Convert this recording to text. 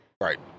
Right